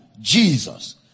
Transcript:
jesus